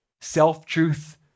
self-truth